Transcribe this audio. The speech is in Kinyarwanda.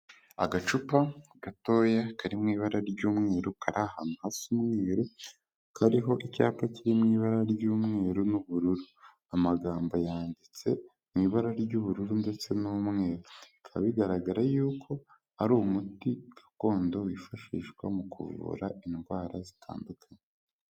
Agacupa gatoya kari mu ibara ry'umweru, kari ahantu hasa umweruru, kariho icyapa kiriho ibara ry'umweru n'ubururu. Amagambo yanditse mu ibara ry'ubururu ndetse n'umweru, bikaba bigaragara yuko hari umuti gakondo wifashishwa mu kuvura indwara zitandukanye.